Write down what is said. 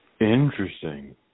Interesting